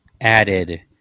added